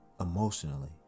emotionally